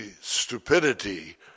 stupidity